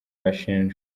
bashinjwa